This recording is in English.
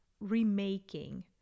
remaking